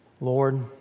Lord